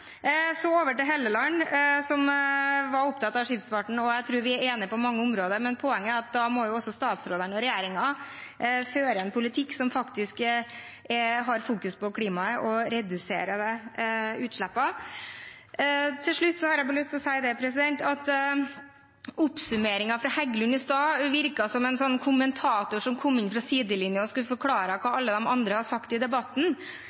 Så over til Halleland, som var opptatt av skipsfarten: Jeg tror vi er enige på mange områder, men poenget er at da må jo også statsrådene, regjeringen, føre en politikk som faktisk fokuserer på klimaet og på å redusere utslippene. Til slutt har jeg bare lyst til å si at Heggelund i sin oppsummering i stad virket som en kommentator som kom inn fra sidelinja og skulle forklare hva alle de andre har sagt i debatten,